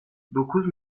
dokuz